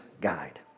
Guide